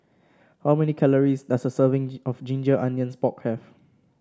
how many calories does a serving of Ginger Onions Pork have